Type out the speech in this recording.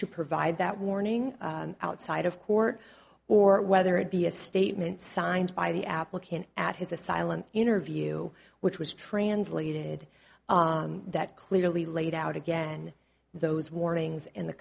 to provide that warning outside of court or whether it be a statement signed by the applicant at his asylum interview which was translated that clearly laid out again those warnings and the